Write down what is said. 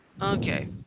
Okay